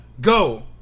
Go